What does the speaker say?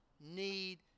need